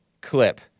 clip